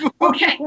Okay